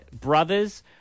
brothers